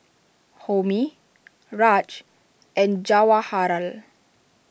Homi Raj and Jawaharlal